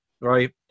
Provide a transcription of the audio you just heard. right